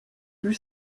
tue